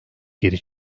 geri